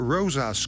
Rosa